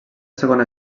segona